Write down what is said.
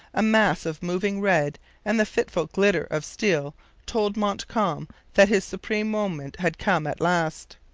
a mass of moving red and the fitful glitter of steel told montcalm that his supreme moment had come at last.